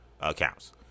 accounts